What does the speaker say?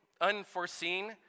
unforeseen